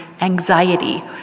anxiety